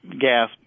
gas